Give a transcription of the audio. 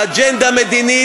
אג'נדה מדינית,